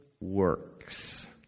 works